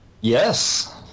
Yes